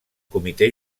comitè